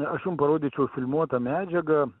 aš jum parodyčiau filmuotą medžiagą